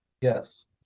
yes